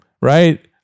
right